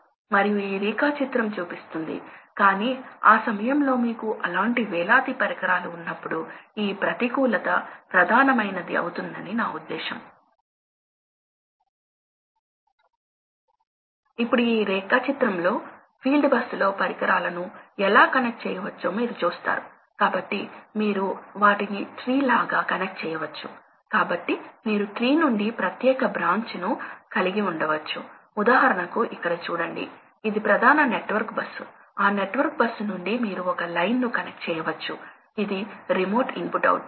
మీరు ఎక్కువ గాలిని పెడితే గాలి కూడా వృధా అవుతుంది మరియు మీరు తక్కువ గాలిని పెడితే ఫ్యూయల్ మండదు కాబట్టి మరో మాటలో చెప్పాలంటే ప్రవాహం యొక్క పల్సేటింగ్ వేల్యూ కంబషన్ ప్రవాహ నియంత్రణకు మంచిది కాదు అదేవిధంగా ప్రవాహ నియంత్రణ కోసం మరొక ప్రధాన అప్లికేషన్ కూలింగ్ కోసం